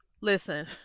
listen